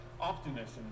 optimism